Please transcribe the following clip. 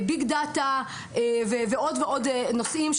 ביג-דאטה ועוד ועוד נושאים,